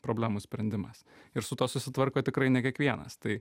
problemų sprendimas ir su tuo susitvarko tikrai ne kiekvienas tai